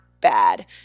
bad